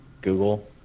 Google